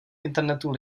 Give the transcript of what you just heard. internetu